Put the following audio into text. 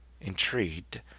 intrigued